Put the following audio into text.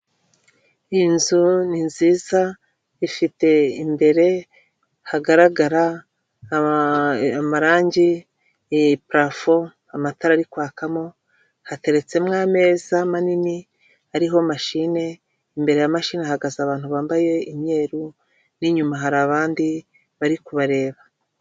Iyi nzu ni nziza ifite imbere hagaragara amarangi iteye parafo amatara ari kwakamo hateretsemo ameza manini ariho mashine imbere ya mashini hahagaze abantu bambaye imyeru n'inyuma hari abandi bari kubareba.